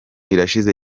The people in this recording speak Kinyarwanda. irashize